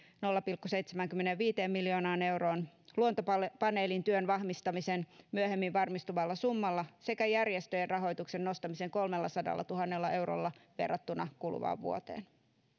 nolla pilkku seitsemäänkymmeneenviiteen miljoonaan euroon luontopaneelin työn vahvistamisen myöhemmin varmistuvalla summalla sekä järjestöjen rahoituksen nostamisen kolmellasadallatuhannella eurolla verrattuna kuluvaan vuoteen